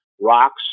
Rocks